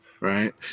Right